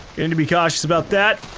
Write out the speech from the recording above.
and to be cautious about that.